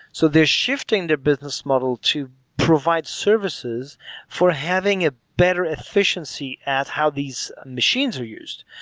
so they're shifting their business model to provide services for having a better efficiency at how these machines are used.